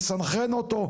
לסנכרן אותו?